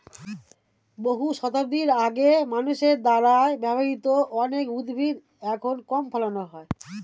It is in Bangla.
বহু শতাব্দী আগে মানুষের দ্বারা ব্যবহৃত অনেক উদ্ভিদ এখন কম ফলানো হয়